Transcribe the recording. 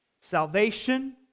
Salvation